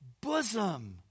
bosom